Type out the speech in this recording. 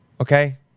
Okay